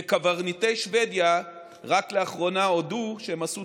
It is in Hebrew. וקברניטי שבדיה רק לאחרונה הודו שהם עשו